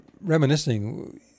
reminiscing